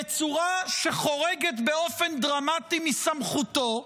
בצורה שחורגת באופן דרמטי מסמכותו,